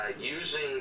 using